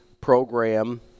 program